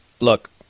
Look